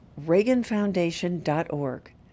reaganfoundation.org